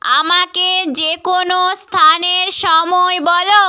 আমাকে যে কোনো স্থানের সময় বলো